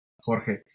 Jorge